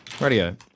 Radio